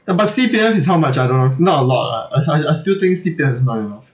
ya but C_P_F is how much I don't know not a lot right I I I still think C_P_F is not enough